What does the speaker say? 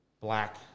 black